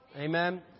Amen